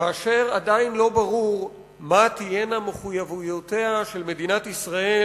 כאשר עדיין לא ברור מה תהיינה מחויבויותיה של מדינת ישראל